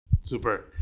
Super